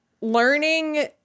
learning